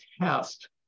test